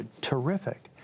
terrific